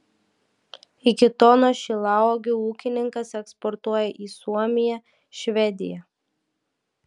iki tonos šilauogių ūkininkas eksportuoja į suomiją švediją